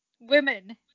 women